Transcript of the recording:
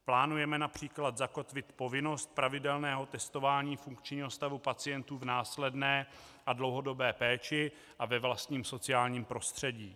Plánujeme například zakotvit povinnost pravidelného testování funkčního stavu pacientů v následné a dlouhodobé péči a ve vlastním sociálním prostředí.